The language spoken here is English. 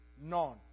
None